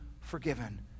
forgiven